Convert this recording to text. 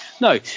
no